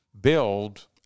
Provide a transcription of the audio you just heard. build